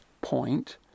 point